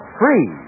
free